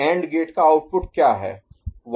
तो AND gate का output क्या है